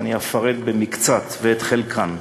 ואני אפרט במקצת את חלקן.